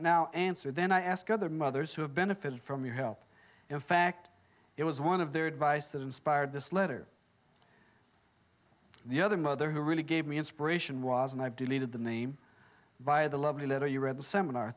now answer then i ask other mothers who have benefited from your help in fact it was one of their advice that inspired this letter the other mother who really gave me inspiration was and i've deleted the name by the lovely letter you read the seminar